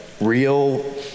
real